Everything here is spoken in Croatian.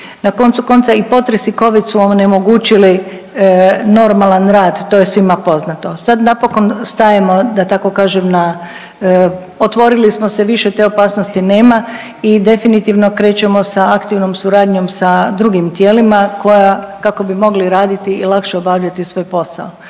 Na koncu konca i potres i covid su onemogućili normalan rad, to je svima poznato, sad napokon stajemo da tako kažem na, otvorili smo se više, te opasnosti nema i definitivno krećemo sa aktivnom suradnjom sa drugim tijelima koja kako bi mogli raditi i lakše obavljati svoj posao,